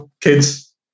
kids